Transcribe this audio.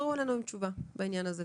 תחזרו אלינו עם תשובה בעניין הזה.